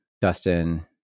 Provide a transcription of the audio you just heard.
Dustin